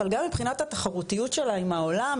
וגם מבחינת התחרותיות שלה עם העולם,